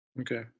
Okay